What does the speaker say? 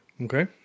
Okay